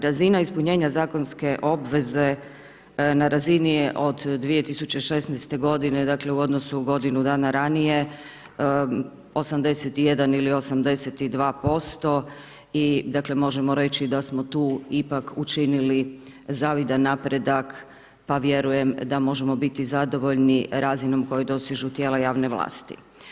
Razina ispunjenja zakonskih obveze na razini je od 2016. g. dakle, u odnosu godinu dana ranije, 81 ili 82% i možemo reći da smo tu ipak učinili zavidan napredak pa vjerujem da možemo biti zadovoljni razinom koju dosižu tijela javne vlasti.